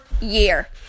year